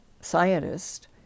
scientist